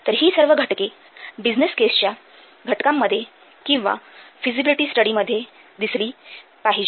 तर ही सर्व घटके बिझनेस केसच्या घटकांमध्ये किंवा फिजिबिलिटी स्टडीमध्ये दिसली पाहिजे